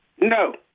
No